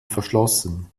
verschlossen